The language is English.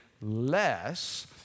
less